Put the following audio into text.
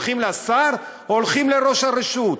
הולכים לשר או הולכים לראש הרשות?